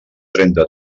trenta